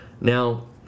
Now